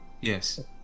Yes